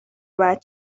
باید